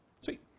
Sweet